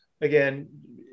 again